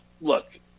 look